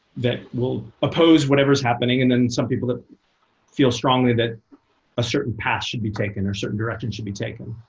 that will oppose whatever's happening, and then some people that feel strongly that a certain path should be taken, or a certain direction should be taken.